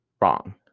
wrong